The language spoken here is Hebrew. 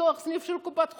לפתוח סניף של קופת חולים.